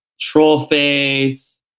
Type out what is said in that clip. Trollface